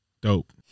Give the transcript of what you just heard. dope